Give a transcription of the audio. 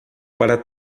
para